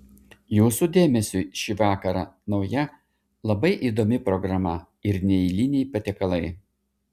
jūsų dėmesiui šį vakarą nauja labai įdomi programa ir neeiliniai patiekalai